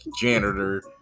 janitor